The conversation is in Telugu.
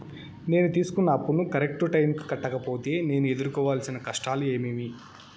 నేను తీసుకున్న అప్పును కరెక్టు టైముకి కట్టకపోతే నేను ఎదురుకోవాల్సిన కష్టాలు ఏమీమి?